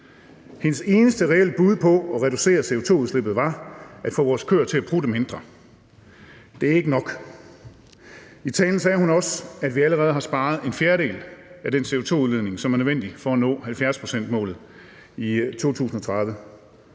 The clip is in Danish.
Hendes eneste reelle bud på at reducere CO2-udslippet var at få vores køer til at prutte mindre. Det er ikke nok. I talen sagde hun også, at vi allerede har sparet en fjerdedel af den CO2-udledning, som er nødvendig for at nå 70-procentsmålet i 2030.